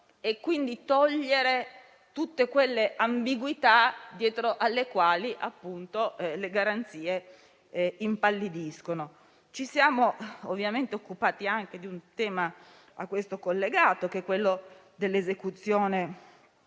e di eliminare tutte quelle ambiguità dietro alle quali le garanzie impallidiscono. Ci siamo ovviamente occupati anche di un tema a questo collegato, che è quello dell'esecuzione